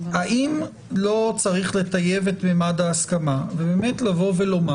האם לא צריך לטייב את ממד ההסכמה ולומר